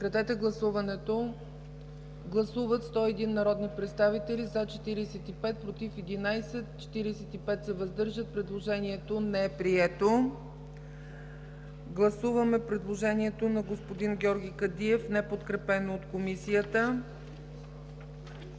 подкрепено от Комисията. Гласуваме 101 народни представители: за 45, против 11, въздържали се 45. Предложението не е прието. Гласуваме предложението на господин Георги Кадиев, неподкрепено от Комисията.